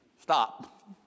Stop